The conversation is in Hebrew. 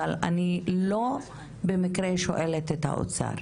אבל אני לא במקרה שואלת את משרד האוצר.